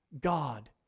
God